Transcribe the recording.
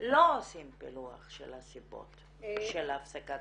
לא עושים פילוח של הסיבות להפסקת